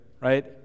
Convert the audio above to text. right